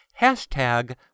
Hashtag